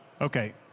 Okay